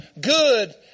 good